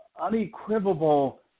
unequivocal